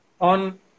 on